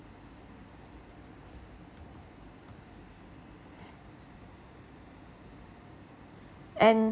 and